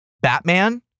Batman